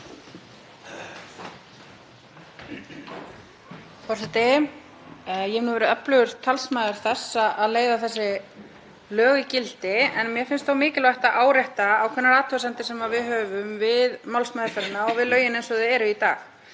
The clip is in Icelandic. Forseti. Ég hef verið öflugur talsmaður þess að leiða þessi lög í gildi en mér finnst þó mikilvægt að árétta ákveðnar athugasemdir sem við höfum við málsmeðferðina og við lögin eins og þau eru í dag.